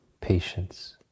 patience